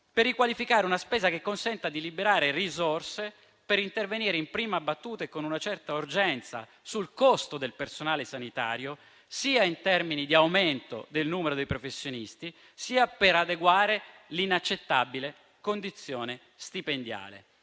per riqualificare una spesa che consenta di liberare risorse per intervenire in prima battuta e con una certa urgenza sul costo del personale sanitario, sia in termini di aumento del numero dei professionisti, sia per adeguare l'inaccettabile condizione stipendiale.